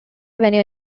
avenue